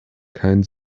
kein